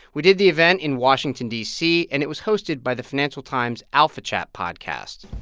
we did the event in washington, d c, and it was hosted by the financial times' alphachat podcast